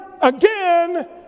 again